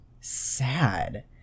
sad